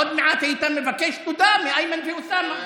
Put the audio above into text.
עוד מעט היית מבקש תודה מאיימן ואוסאמה.